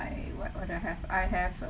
I what what do I have I have